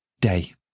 day